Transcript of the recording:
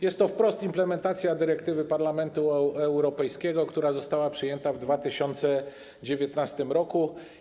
Jest to wprost implementacja dyrektywy Parlamentu Europejskiego, która została przyjęta w 2019 r.